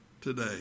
today